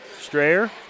Strayer